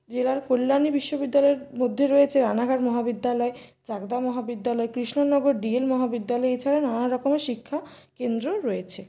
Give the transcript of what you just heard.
জেলার কল্যাণী বিশ্ববিদ্যালয়ের মধ্যে রয়েছে রানাঘাট মহাবিদ্যালয় চাকদা মহাবিদ্যালয় কৃষ্ণনগর ডি এল মহাবিদ্যালয় এছাড়া নানান রকমের শিক্ষাকেন্দ্র রয়েছে